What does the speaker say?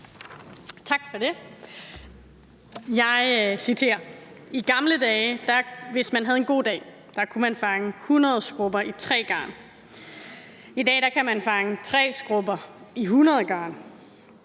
Tak for det. Jeg citerer: I gamle dage, hvis man havde en god dag, kunne man fange 100 skrubber i tre garn. I dag kan man fange 3 skrubber i 100 garn.